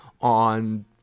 on